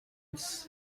its